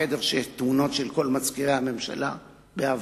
חדר שיש בו תמונות של כל מצביאי הממשלה בעבר,